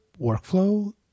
workflow